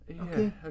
Okay